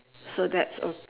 so that's o~